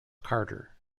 carter